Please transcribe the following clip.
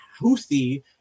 Houthi